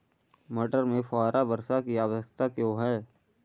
मटर में फुहारा वर्षा की आवश्यकता क्यो है?